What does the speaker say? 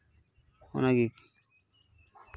ᱚᱱᱟᱜᱮ